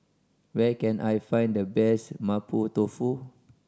where can I find the best Mapo Tofu